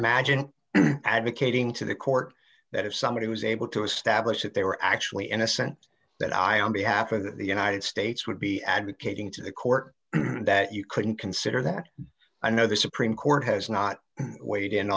imagine advocating to the court that if somebody was able to establish that they were actually innocent that i on behalf of the united states would be advocating to the court that you couldn't consider that i know the supreme court has not w